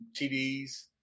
TDs